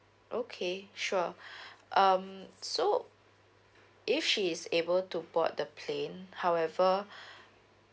okay sure um so if she is able to board the plane however